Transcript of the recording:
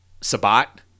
Sabat